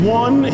one